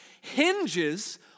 hinges